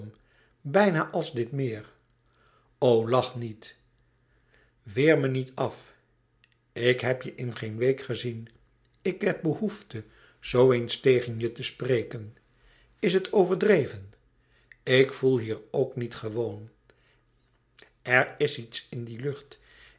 bijna als dit meer o lach niet weer me niet af ik heb je in geen week gezien ik heb behoefte zoo eens tegen je te spreken is het overdreven ik voel hier ook niet gewoon er is iets in die lucht